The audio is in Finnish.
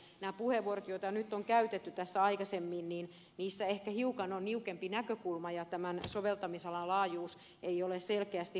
näissä puheenvuoroissa joita nyt on käytetty tässä aikaisemmin ehkä hiukan on niukempi näkökulma ja tämän soveltamisalan laajuus ei ole selkeästi hahmotettu